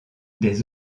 des